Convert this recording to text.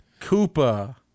Koopa